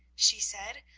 she said,